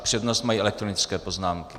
Přednost mají elektronické poznámky.